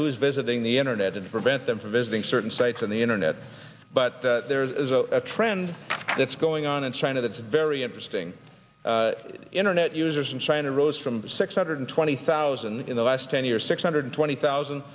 who's visiting the internet and prevent them from visiting certain sites on the internet but there is a trend that's going on in china that's very interesting internet users in china rose from six hundred twenty thousand in the last ten years six hundred twenty thousand